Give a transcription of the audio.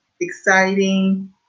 exciting